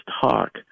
talk